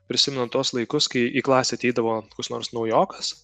prisimenant tuos laikus kai į klasę ateidavo koks nors naujokas